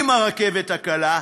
עם הרכבת הקלה,